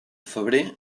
febrer